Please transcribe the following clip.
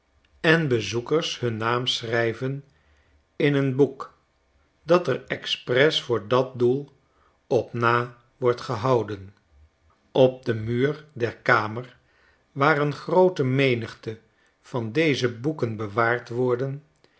en bezoekers hun namen schrijven in een boek dat er expres voor dat doel op na wordt gehouden op den muur der kamer waar een groote menigte van deze boeken bewaard worden